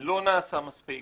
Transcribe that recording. לא נעשה מספיק